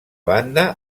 banda